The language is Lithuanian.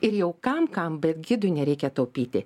ir jau kam kam bet gidui nereikia taupyti